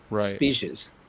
species